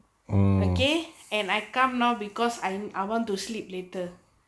okay and I come now because I'm I want to sleep later